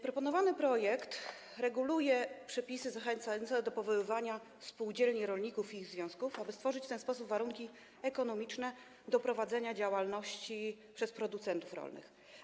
Proponowany projekt reguluje przepisy zachęcające do powoływania spółdzielni rolników i ich związków, aby stworzyć w ten sposób warunki ekonomiczne do prowadzenia działalności przez producentów rolnych.